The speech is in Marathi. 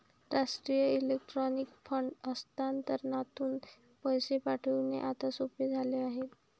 राष्ट्रीय इलेक्ट्रॉनिक फंड हस्तांतरणातून पैसे पाठविणे आता सोपे झाले आहे